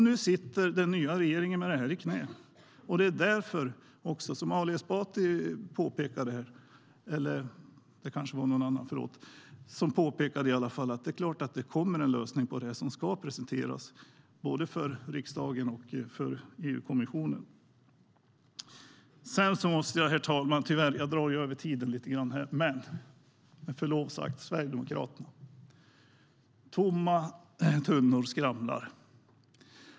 Nu sitter den nya regeringen med detta i knät, men som någon här påpekade kommer det en lösning på detta, som ska presenteras för både riksdagen och EU-kommissionen.När det gäller Sverigedemokraterna är det med förlov sagt så att tomma tunnor skramlar.